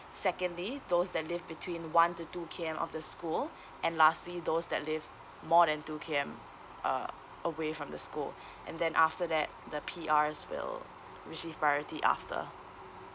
secondly those that live between one to two K_M of the school and lastly those that live more than two K_M uh away from the school and then after that the P_Rs will receive priority after